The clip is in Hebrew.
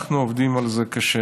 אנחנו עובדים על זה קשה,